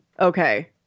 Okay